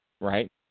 right